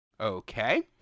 Okay